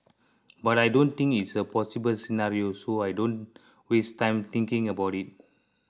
but I don't think it's a possible scenario so I don't waste time thinking about it